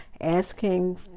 asking